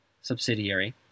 subsidiary